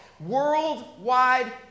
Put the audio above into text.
Worldwide